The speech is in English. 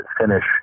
finish